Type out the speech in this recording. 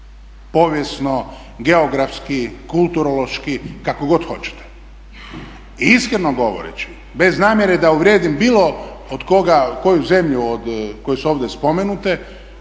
povijesno, geografski, kulturološki, kako god hoćete. I iskreno govoreći, bez namjere da uvrijedim bilo koju zemlju koje su ovdje spomenute,